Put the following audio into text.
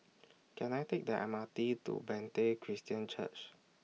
Can I Take The M R T to Bethany Christian Church